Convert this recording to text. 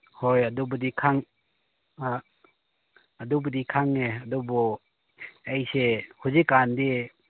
ꯍꯣꯏ ꯑꯗꯨꯕꯨꯗꯤ ꯑꯗꯨꯕꯨꯗꯤ ꯈꯪꯉꯦ ꯑꯗꯨꯕꯨ ꯑꯩꯁꯦ ꯍꯧꯖꯤꯛꯀꯥꯟꯗꯤ